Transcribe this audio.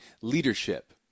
leadership